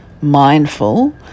mindful